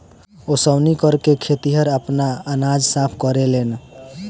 ओसौनी करके खेतिहर आपन अनाज साफ करेलेन